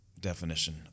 definition